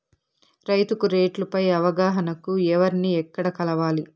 రైతుకు రేట్లు పై అవగాహనకు ఎవర్ని ఎక్కడ కలవాలి?